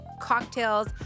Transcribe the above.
cocktails